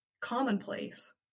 commonplace